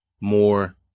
more